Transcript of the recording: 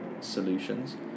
solutions